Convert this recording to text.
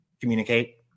communicate